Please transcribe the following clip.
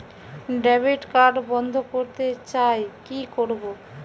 Debit card বন্ধ করতে চাই কি করব?